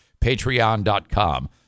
Patreon.com